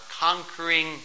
conquering